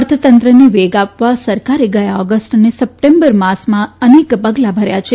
અર્થતંત્રને વેગ આપવા સરકારે ગયા ઓગસ્ટ અને સપ્ટેમ્બર માસમાં અનેક પગલાં ભર્યા છે